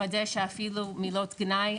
לוודא שאפילו מילות גנאי,